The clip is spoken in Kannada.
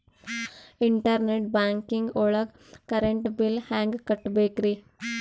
ಇಂಟರ್ನೆಟ್ ಬ್ಯಾಂಕಿಂಗ್ ಒಳಗ್ ಕರೆಂಟ್ ಬಿಲ್ ಹೆಂಗ್ ಕಟ್ಟ್ ಬೇಕ್ರಿ?